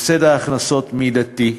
הפסד ההכנסות מידתי.